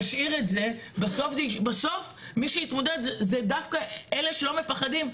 נשאיר את זה ובסוף מי שיתמודד זה דווקא אלה שלא מפחדים,